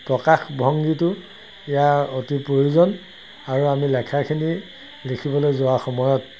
প্ৰকাশ ভংগীটো ইয়াৰ অতি প্ৰয়োজন আৰু আমি লেখাখিনি লিখিবলৈ যোৱা সময়ত